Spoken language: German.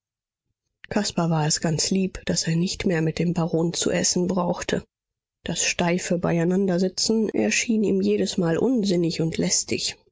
war es ganz lieb daß er nicht mehr mit dem baron zu essen brauchte das steife beieinandersitzen erschien ihm jedesmal unsinnig und lästig